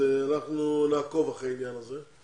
אנחנו נעקוב אחרי העניין הזה.